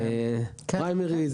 היושבת-ראש,